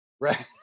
right